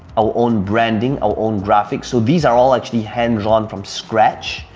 our own branding, our own graphics, so these are all actually hand drawn from scratch.